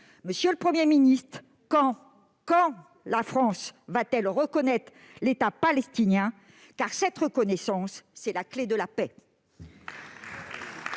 Monsieur le Premier ministre, quand la France va-t-elle reconnaître l'État palestinien ? Car cette reconnaissance est la clé de la paix